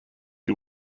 you